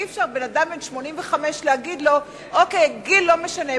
אי-אפשר לאדם בן 85 להגיד: גיל לא משנה,